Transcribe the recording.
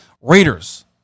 Raiders